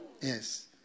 yes